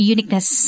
Uniqueness